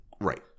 Right